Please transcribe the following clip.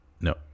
No